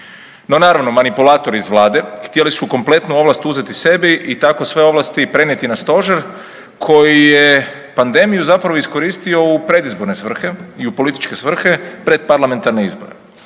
No naravno manipulatori iz vlade htjeli su kompletnu ovlast uzeti sebi i tako sve ovlasti prenijeti na stožer koji je pandemiju zapravo iskoristio u predizborne svrhe i u političke svrhe pred parlamentarne izbore